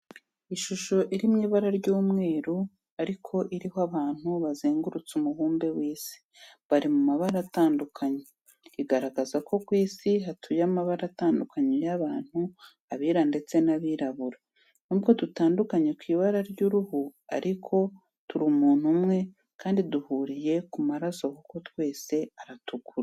Ishusho iri mu ibara ry'umweru ariko iriho abantu bazengurutse umubumbe w'Isi, bari mu mabara atandukanye. Igaragaza ko ku Isi hatuye amabara atandukanye y'abantu, abera ndetse n'abirabura. Nubwo dutanukaniye ku ibara ry'uruhu ariko turi umuntu umwe kandi duhuriye ku maraso kuko twese aratukura.